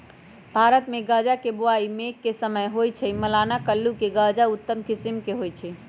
भारतमे गजा के बोआइ मेघ के समय होइ छइ, मलाना कुल्लू के गजा उत्तम किसिम के होइ छइ